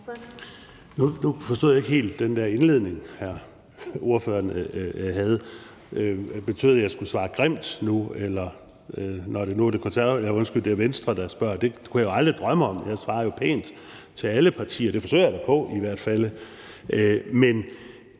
Jeg forstod ikke helt ordførerens indledning. Betød det, at jeg skulle svare grimt nu, hvor det er Venstre, der spørger? Det kunne jeg aldrig drømme om. Jeg svarer jo pænt til alle partier – der forsøger jeg da i hvert fald